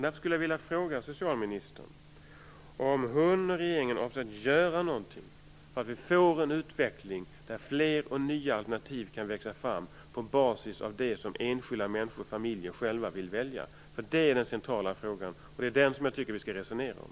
Därför skulle jag vilja fråga socialministern om hon och regeringen avser att göra någonting så att vi får en utveckling som innebär att fler och nya alternativ kan växa fram på basis av det som enskilda människor och familjer själva vill välja. Det är den centrala frågan, och det är den som jag tycker vi skall resonera om.